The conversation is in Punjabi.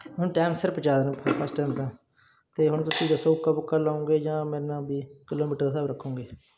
ਹੁਣ ਟਾਈਮ ਸਿਰ ਪਹੁੰਚਾ ਦੇਣ ਅਤੇ ਹੁਣ ਤੁਸੀਂ ਦੱਸੋ ਕਬਕਾ ਲਉਗੇ ਜਾਂ ਮੇਰੇ ਨਾਲ ਵੀ ਕਿਲੋਮੀਟਰ ਦਾ ਹਿਸਾਬ ਰੱਖੋਗੇ